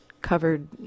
covered